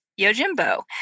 Yojimbo